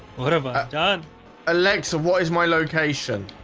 what ever done alexa what is my location